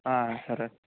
ఆ సరే